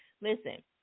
listen